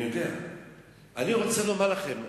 אני רוצה לומר לכם,